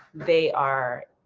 they are,